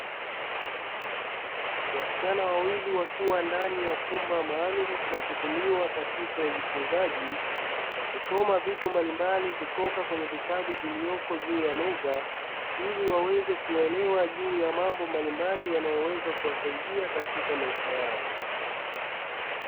Wasichana wawili wakiwa ndani ya chumba maalumu kinachotumika katika ujifunzaji, wakisoma vitu mbalimbali kutoka kwenye vitabu vilivyopo juu ya meza ili waweze kuelewa juu ya mambo mbalimbali yanayoweza kuwasaida katika maisha yao.